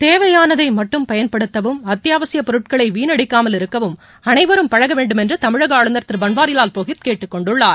தேவையானதை மட்டும் பயன்படுத்தவும் அத்தியாவசியப் பொருட்களை வீணடிக்காமல் இருக்கவும் அனைவரும் பழக வேண்டுமென்று தமிழக ஆளுநர் திரு பன்வாரிவால் புரோஹித் கேட்டுக் கொண்டுள்ளார்